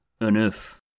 enough